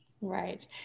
Right